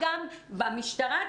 גם במשטרה,